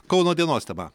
kauno dienos tema